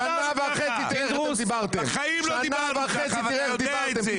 שנה וחצי, תראה איך דיברתם.